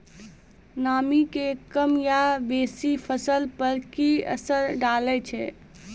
नामी के कम या बेसी फसल पर की असर डाले छै?